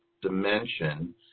dimension